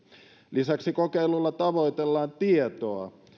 lisäksi kokeilulla tavoitellaan tietoa